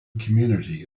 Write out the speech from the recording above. community